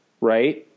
right